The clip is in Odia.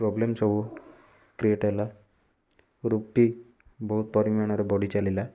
ପ୍ରୋବ୍ଲେମ୍ ସବୁ କ୍ରିଏଟ୍ ହେଲା ରୁପି ବହୁତ ପରିମାଣରେ ବଢ଼ି ଚାଲିଲା